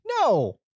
No